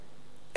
אין יותר.